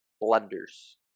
blunders